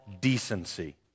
decency